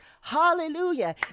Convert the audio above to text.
Hallelujah